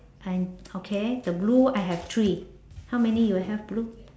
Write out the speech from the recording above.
I okay the blue I have three how many you have blue